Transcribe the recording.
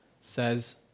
says